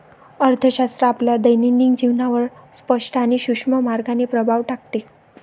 अर्थशास्त्र आपल्या दैनंदिन जीवनावर स्पष्ट आणि सूक्ष्म मार्गाने प्रभाव टाकते